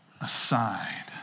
aside